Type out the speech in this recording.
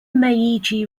meiji